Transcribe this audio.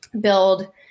build